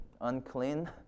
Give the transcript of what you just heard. unclean